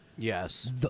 Yes